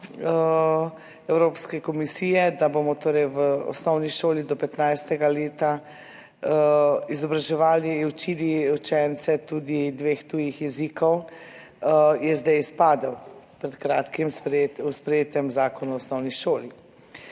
Evropske komisije, da bomo torej v osnovni šoli do 15. leta izobraževali, učili učence tudi dveh tujih jezikov je zdaj izpadel pred kratkim v sprejetem zakonu o osnovni šoli.